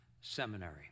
seminary